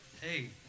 hey